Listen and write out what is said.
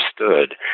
understood